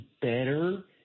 better